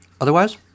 otherwise